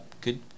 good